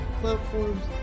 platforms